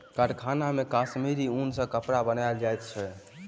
कारखाना मे कश्मीरी ऊन सॅ कपड़ा बनायल जाइत अछि